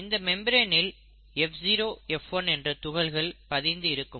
இந்த மெம்பரேனில் F0 F1 என்ற துகள்கள் பதிந்து இருக்கும்